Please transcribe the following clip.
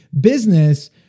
business